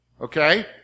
Okay